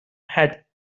had